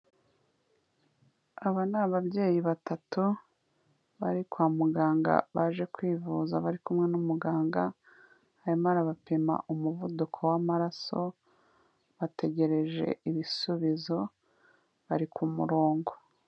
Aba ni ababyeyi batatu bari kwa muganga baje kwivuza bari kumwe n'umuganga, arimo arabapima umuvuduko w'amaraso, bategereje ibisubizo bari ku murongo.